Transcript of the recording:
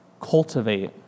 cultivate